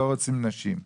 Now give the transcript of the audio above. לא רוצים נשים.